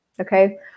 okay